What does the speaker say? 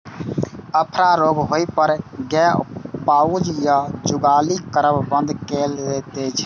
अफरा रोग होइ पर गाय पाउज या जुगाली करब बंद कैर दै छै